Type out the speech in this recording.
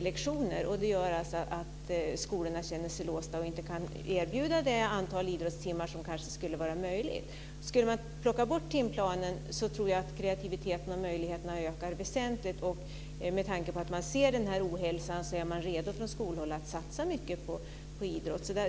lektioner. Det gör att skolorna känner sig låsta och inte kan erbjuda det antal idrottstimmar som kanske skulle vara möjligt. Skulle man plocka bort timplanen tror jag att kreativiteten och möjligheterna ökar väsentligt. Med tanke på att man ser den här ohälsan är man från skolhål redo att satsa mycket på idrott.